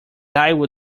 i’ll